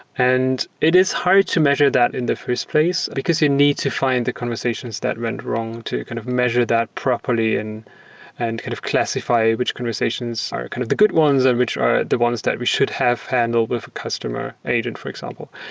and it is hard to measure that in the first place, because you needs to find the conversations that went wrong to kind of measure that properly and and kind of classify which conversations are kind of the good ones and which are the ones that we should have handled with a customer agent, for example.